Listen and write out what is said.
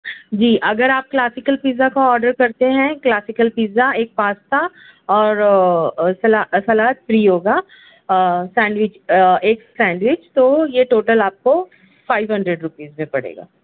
جی اگر آپ classical pizza کا آڈر کرتے ہیں کلاسیکل پزا ایک پاستا اور سلاد فری ہوگا سنڈوچ ایک سنڈوچ تو یہ ٹوٹل آپ کو فائیو ہنڈریڈ روپیزمیں پڑے گا